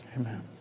Amen